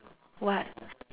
what